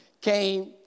Came